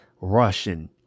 Russian